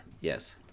yes